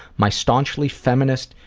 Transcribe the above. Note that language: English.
my staunchly feminist,